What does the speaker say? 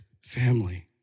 family